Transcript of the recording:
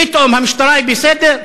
פתאום המשטרה היא בסדר?